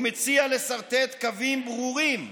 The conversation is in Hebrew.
הוא מציע לסרטט קווים ברורים,